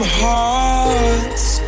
hearts